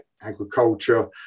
agriculture